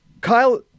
Kyle